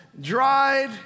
dried